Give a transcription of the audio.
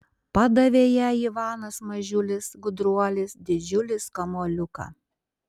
padavė jai ivanas mažiulis gudruolis didžiulis kamuoliuką